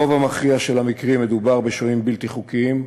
ברוב המכריע של המקרים מדובר בשוהים בלתי חוקיים.